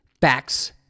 Facts